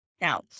Now